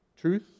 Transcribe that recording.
truth